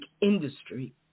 industry